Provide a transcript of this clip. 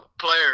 Players